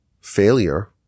failure